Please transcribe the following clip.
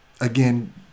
again